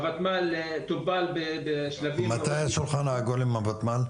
הוותמ"ל טופל בשלבים --- מתי השולחן העגול עם הוותמ"ל?